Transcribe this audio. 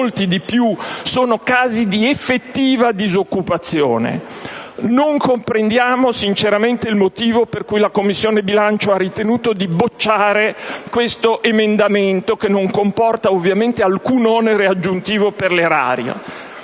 molti di più, corrisponde a casi di effettiva disoccupazione. Non comprendiamo sinceramente il motivo per cui la Commissione bilancio ha ritenuto di bocciare questo emendamento, che ovviamente non comporta alcun onere aggiuntivo per l'erario.